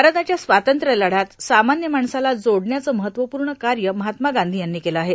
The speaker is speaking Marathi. भारताच्या स्वातंत्र्य लढ्यात सामान्य माणसाला जोडण्याचं महत्त्वपूर्ण कार्य महात्मा गांधी यांनी केलं आहे